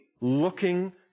looking